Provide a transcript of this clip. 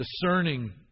Discerning